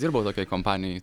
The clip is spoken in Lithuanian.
dirbau tokioj kompanijoj